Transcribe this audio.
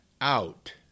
out